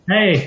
Hey